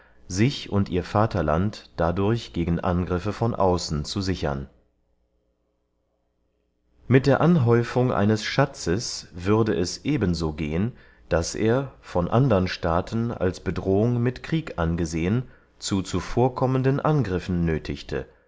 sich und ihr vaterland dadurch gegen angriffe von außen zu sichern mit der anhäufung eines schatzes würde es eben so gehen daß er von andern staaten als bedrohung mit krieg angesehen zu zuvorkommenden angriffen nöthigte